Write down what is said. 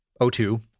O2